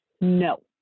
No